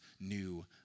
new